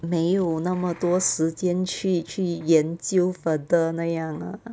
没有那么多时间去去研究 further 那样 ah